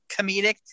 comedic